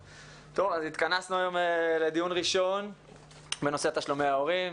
התכנסנו היום לדיון ראשון בנושא תשלומי ההורים.